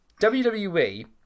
WWE